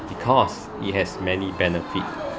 because it has many benefit